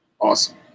Awesome